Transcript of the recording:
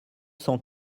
cent